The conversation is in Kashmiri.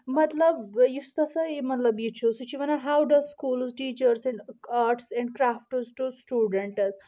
مطلب یُس ہسا یہِ مطلب یہِ چھُ سُہ چھِ ونان who does schools teaches arts and crafts to students